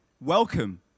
Welcome